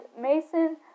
Mason